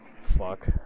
fuck